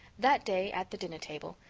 that day, at the dinner table,